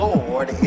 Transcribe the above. Lord